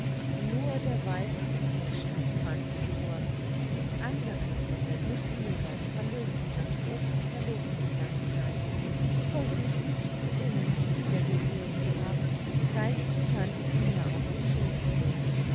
nur der weiße gepäckschein fand sich vor die anderen zettel mußten mir beim handeln um das obst verloren gegangen sein ich konnte mich nicht besinnen sie wieder gesehen zu haben seit die tante sie mir auf den schooß gelegt